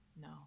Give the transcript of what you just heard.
no